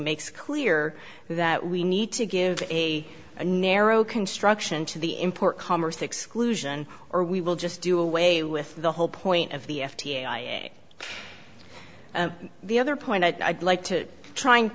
makes clear that we need to give a a narrow construction to the import commerce exclusion or we will just do away with the whole point of the f d a the other point i'd like to try and